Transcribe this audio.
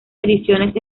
ediciones